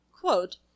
quote